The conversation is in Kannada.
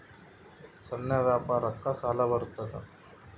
ಸಣ್ಣ ವ್ಯಾಪಾರಕ್ಕ ಸಾಲ ಬರುತ್ತಾ?